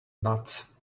nuts